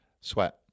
Sweat